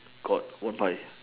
got one pies